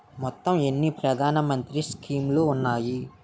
మొత్తం ఎన్ని ప్రధాన మంత్రి స్కీమ్స్ ఉన్నాయి?